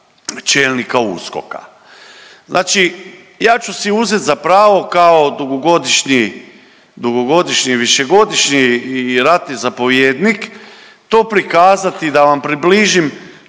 čelnika USKOK-a. Znači ja ću si uzet za pravo kao dugogodišnji višegodišnji i ratni zapovjednik to prikazati da vam približim